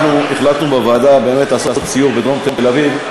אנחנו החלטנו בוועדה לעשות סיור בדרום תל-אביב,